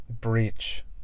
Breach